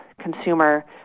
consumer